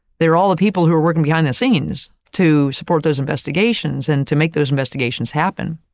they're all the people who are working behind the scenes to support those investigations and to make those investigations happen.